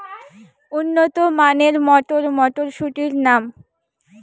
উন্নত মানের মটর মটরশুটির নাম?